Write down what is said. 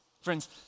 Friends